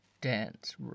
dance